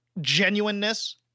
genuineness